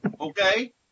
Okay